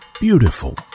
beautiful